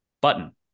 button